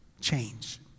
Change